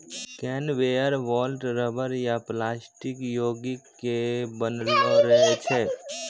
conveyor belt rubber या plastic योगिक के बनलो रहै छै